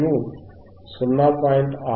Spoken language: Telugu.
67 లేదా 3